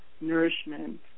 nourishment